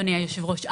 אדוני היושב-ראש.